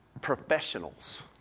professionals